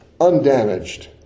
undamaged